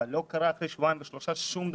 אבל אחרי שבועיים ושלושה לא קרה שום דבר.